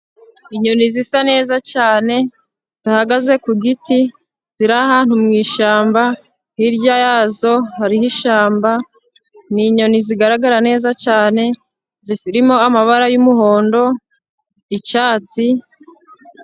Inyoni zisa neza cyane, zihagaze ku giti, ziri ahantu mu ishyamba, hirya yazo hariho ishyamba, ni inyoni zigaragara neza cyane, zirimo amabara y'umuhondo, icyatsi.